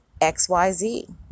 XYZ